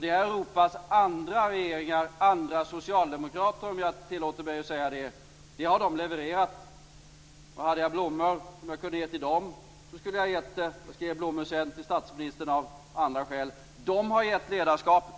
Det har Europas andra regeringar - andra socialdemokrater, om jag tillåter mig att säga det - levererat. Hade jag blommor som jag kunde ge till dem skulle jag gjort det - jag skall ge blommor sedan till statsministern av andra skäl. De har gett ledarskapet.